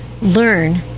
learn